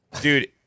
Dude